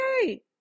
Okay